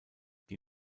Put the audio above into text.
die